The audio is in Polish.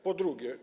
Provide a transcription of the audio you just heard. Po drugie.